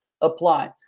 apply